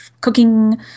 cooking